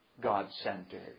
God-centered